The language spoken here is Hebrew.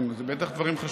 כן, אלה בטח דברים חשובים.